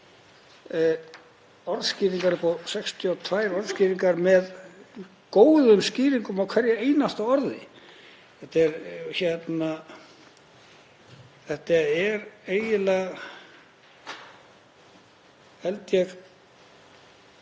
að læra 62 orðskýringar með góðum skýringum á hverju einasta orði. Þetta er eiginlega, held ég,